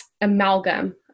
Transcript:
amalgam